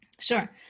Sure